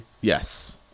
Yes